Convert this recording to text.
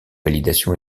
validation